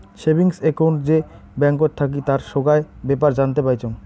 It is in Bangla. সেভিংস একউন্ট যে ব্যাঙ্কত থাকি তার সোগায় বেপার জানতে পাইচুঙ